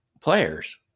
players